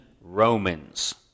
Romans